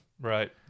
Right